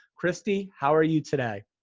kristy, how are you today?